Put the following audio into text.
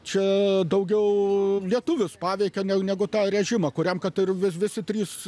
čia daugiau lietuvius paveikė ne negu tą režimą kuriam kad ir visi trys